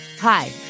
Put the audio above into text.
Hi